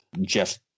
jeff